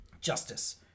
justice